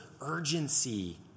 urgency